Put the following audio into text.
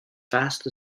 fast